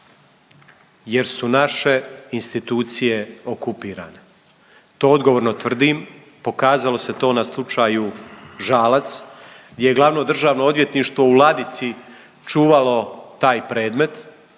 jer su naše institucije okupirane. To odgovorno tvrdim, pokazalo se to na slučaju Žalac gdje je glavno Državno odvjetništvo u ladici čuvalo taj predmet